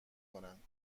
کنند